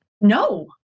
no